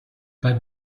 pas